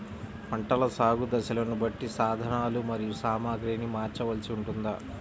పంటల సాగు దశలను బట్టి సాధనలు మరియు సామాగ్రిని మార్చవలసి ఉంటుందా?